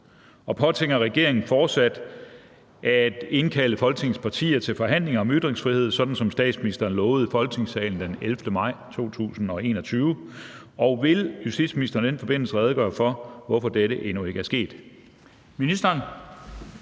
og påtænker regeringen fortsat at indkalde Folketingets partier til forhandlinger om ytringsfrihed, sådan som statsministeren lovede i Folketingssalen den 11. maj 2021, og vil justitsministeren i den forbindelse redegøre for, hvorfor dette endnu ikke er sket?